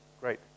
great